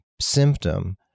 symptom